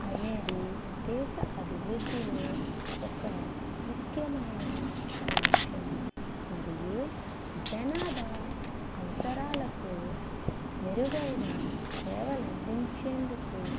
అనేది దేశ అభివృద్ధిలో ఒక ముఖ్యమైన అంశం మరియు జనాభా అవసరాలకు మెరుగైన సేవలు అందించేందుకు